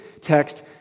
text